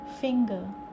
finger